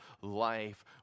life